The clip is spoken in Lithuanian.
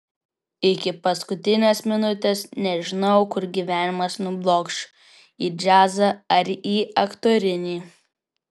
iki paskutinės minutės nežinojau kur gyvenimas nublokš į džiazą ar į aktorinį